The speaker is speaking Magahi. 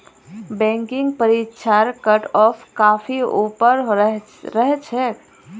बैंकिंग परीक्षार कटऑफ काफी ऊपर रह छेक